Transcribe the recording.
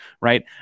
right